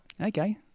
Okay